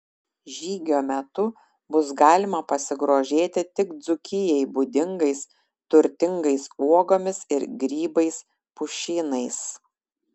žygio metu bus galima pasigrožėti tik dzūkijai būdingais turtingais uogomis ir grybais pušynais